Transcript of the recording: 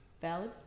Valid